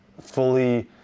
fully